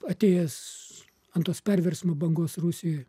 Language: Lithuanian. atėjęs ant tos perversmo bangos rusijoje